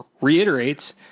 reiterates